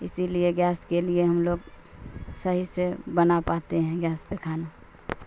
اسی لیے گیس کے لیے ہم لوگ صحیح سے بنا پاتے ہیں گیس پہ کھانا